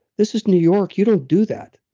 this is new york. you don't do that.